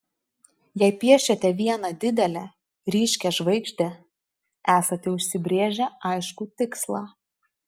jei piešiate vieną didelę ryškią žvaigždę esate užsibrėžę aiškų tikslą